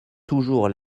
toujours